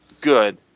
good